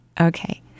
Okay